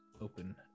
open